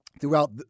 throughout